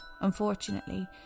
Unfortunately